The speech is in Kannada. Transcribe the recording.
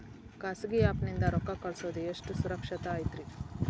ಖಾಸಗಿ ಆ್ಯಪ್ ನಿಂದ ರೊಕ್ಕ ಕಳ್ಸೋದು ಎಷ್ಟ ಸುರಕ್ಷತಾ ಐತ್ರಿ?